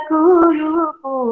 Guru